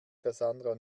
cassandra